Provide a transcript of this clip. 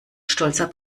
stolzer